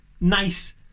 nice